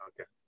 Okay